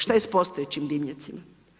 Što je s postojećim dimnjacima?